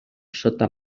sota